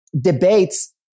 debates